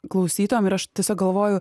klausytojams ir aš tiesiog galvoju